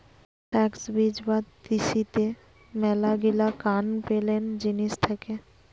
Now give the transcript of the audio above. flux বীজ বা তিসিতে মেলাগিলা কান পেলেন জিনিস থাকে